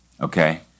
Okay